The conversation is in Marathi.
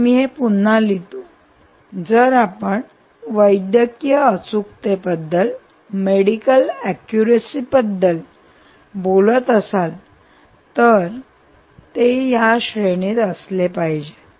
तर मी हे पुन्हा लिहितो जर आपण वैद्यकीय अचूकतेबद्दल बोलत असाल तर ते या श्रेणीत असले पाहिजे